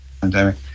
pandemic